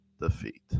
defeat